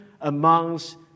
amongst